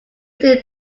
still